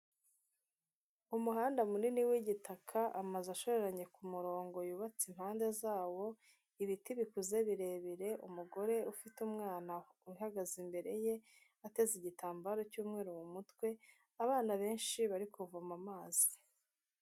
Umuhanda munini w'igitaka, amazu ashoreranye ku murongo yubatse impande zawo, ibiti bikuze birebire, umugore ufite umwana uhagaze imbere ye, ateze igitambaro cy'umweru mu mutwe, abana benshi bari kuvoma amazi.